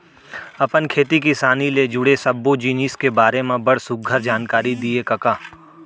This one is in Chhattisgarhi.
अपन खेती किसानी ले जुड़े सब्बो जिनिस के बारे म बड़ सुग्घर जानकारी दिए कका